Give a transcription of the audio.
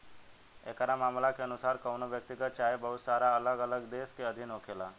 एकरा मामला के अनुसार कवनो व्यक्तिगत चाहे बहुत सारा अलग अलग देश के अधीन होखेला